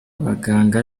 baganga